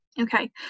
okay